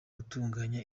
gutunganya